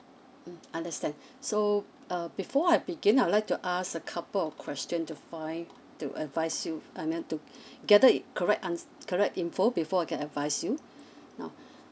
mm understand so uh before I begin I'd like to ask a couple of questions to find to advise you I meant to gather correct answ~ correct info before I can advise you now